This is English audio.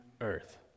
earth